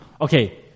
okay